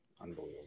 Unbelievable